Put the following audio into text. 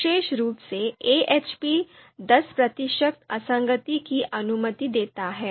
विशेष रूप से AHP दस प्रतिशत असंगति की अनुमति देता है